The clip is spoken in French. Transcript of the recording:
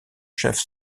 chef